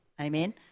Amen